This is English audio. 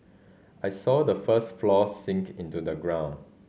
I saw the first floor sink into the ground